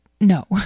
no